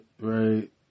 right